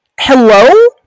Hello